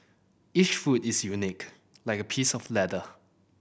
each foot is unique like a piece of leather